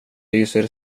lyser